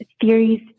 theories